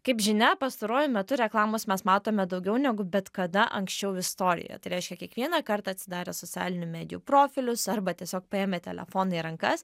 kaip žinia pastaruoju metu reklamos mes matome daugiau negu bet kada anksčiau istorijoje tai reiškia kiekvieną kartą atsidarę socialinių medijų profilius arba tiesiog paėmę telefoną į rankas